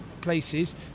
places